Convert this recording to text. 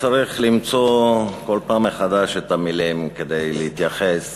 צריך למצוא כל פעם מחדש את המילים כדי להתייחס